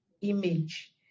image